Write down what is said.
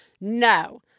No